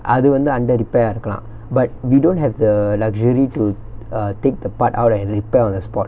அதுவந்து:athuvanthu under repair ah இருக்கலா:irukkalaa but we don't have the luxury to err take the part out and repair on the spot